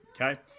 Okay